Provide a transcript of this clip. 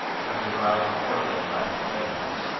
where he arrived before they had left their bedrooms.